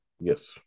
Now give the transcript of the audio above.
Yes